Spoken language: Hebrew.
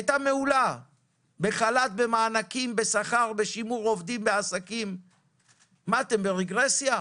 בחל"ת, בשכר, בשימור עובדים מה, אתם ברגרסיה?